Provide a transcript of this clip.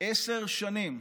עשר שנים,